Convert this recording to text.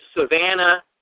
Savannah